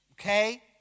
Okay